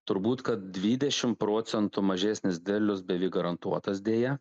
turbūt kad dvidešim procentų mažesnis derlius beveik garantuotas deja